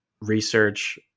research